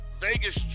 Vegas